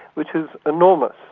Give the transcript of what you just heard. which is enormous.